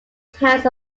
towns